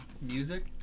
Music